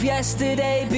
yesterday